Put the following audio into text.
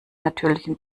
natürlichen